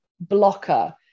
blocker